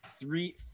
three